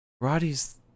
Roddy's